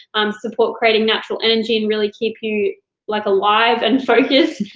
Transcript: um support creating natural energy and really keep you like alive and focused.